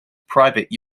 private